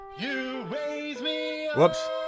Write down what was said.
Whoops